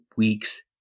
weeks